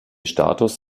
status